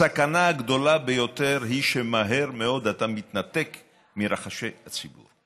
הסכנה הגדולה ביותר היא שמהר מאוד אתה מתנתק מרחשי הציבור.